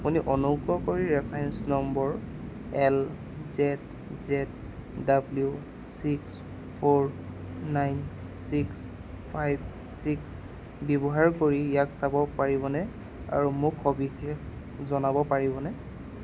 আপুনি অনুগ্ৰহ কৰি reference number L Z Z W six four nine six five six ব্যৱহাৰ কৰি ইয়াক চাব পাৰিবনে আৰু মোক সবিশেষ জনাব পাৰিবনে